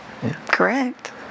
Correct